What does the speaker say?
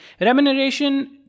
Remuneration